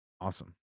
awesome